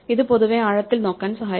ഇത് പൊതുവെ ആഴത്തിൽ നോക്കാൻ സഹായിക്കും